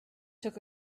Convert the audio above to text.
took